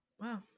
wow